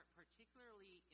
particularly